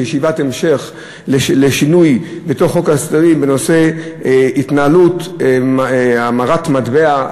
כישיבת המשך לשינוי בחוק ההסדרים בנושא התנהלות המרת מטבע,